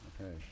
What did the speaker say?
Okay